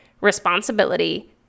responsibility